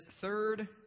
third